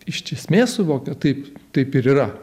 iš esmės suvokia taip taip ir yra